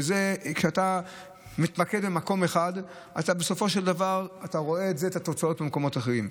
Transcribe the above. כשאתה מתמקד במקום אחד אתה בסופו של דבר רואה את התוצאות במקומות אחרים.